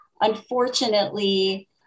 unfortunately